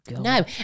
No